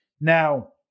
Now